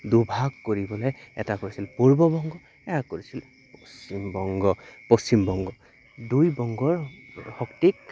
দুভাগ কৰিবলৈ এটা কৰিছিল পূৰ্ববংগ এয়া কৰিছিল পশ্চিমবংগ পশ্চিমবংগ দুই বংগৰ শক্তিক